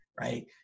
right